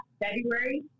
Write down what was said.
February